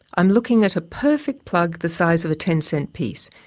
i'm looking at a perfect plug the size of a ten cent piece.